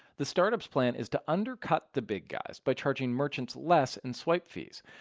the start-ups's plan is to undercut the big guys by charging merchants less in swipe fees,